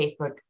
Facebook